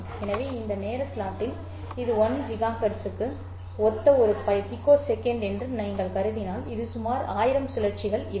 எனவே இந்த நேர ஸ்லாட்டில் இது 1 ஜிகாஹெர்ட்ஸுக்கு ஒத்த 1 பைக்கோசெகண்ட் என்று நீங்கள் கருதினால் இங்கே சுமார் 1000 சுழற்சிகள் இருக்கும்